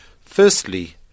Firstly